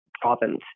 province